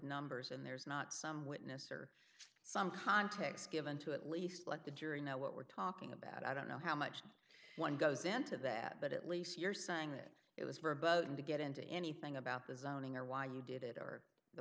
numbers and there's not some witness or some context given to at least let the jury know what we're talking about i don't know how much one goes into that but at least you're saying that it was verboten to get into anything about the zoning or why you did it or the